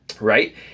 right